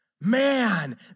Man